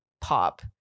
pop